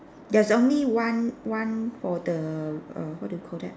there's only one one for the err what do you call that